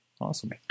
awesome